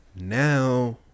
now